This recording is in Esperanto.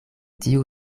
tiu